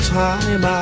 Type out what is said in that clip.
time